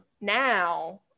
now